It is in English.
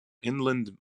inland